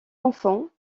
enfants